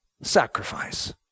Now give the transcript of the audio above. sacrifice